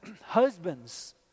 husbands